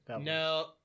No